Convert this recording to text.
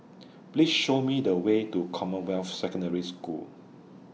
Please Show Me The Way to Commonwealth Secondary School